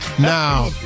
Now